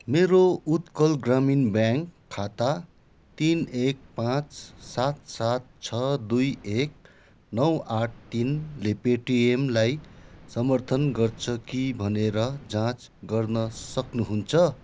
मेरो उत्कल ग्रामीण ब्याङ्क खाता तिन एक पाँच सात सात छ दुई एक नौ आठ तिन ले पेटिएमलाई समर्थन गर्छ कि भनेर जाँच गर्न सक्नुहुन्छ